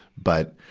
but,